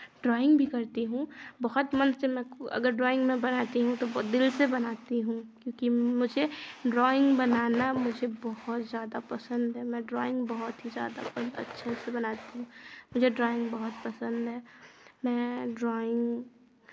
drawing भी करती हूँ बहुत मन से मैं अगर ड्राॅइंग मैं बनाती हूँ तो दिल से बनाती हूँ क्योंकि मुझे ड्राॅइंग बनाना मुझे बहुत ज़्यादा पसन्द है मैं ड्राॅइंग बहुत ही ज़्यादा अच्छे से बनाती हूँ मुझे ड्राॅइंग बहुत पसन्द है मैं ड्राॅइंग